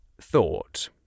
thought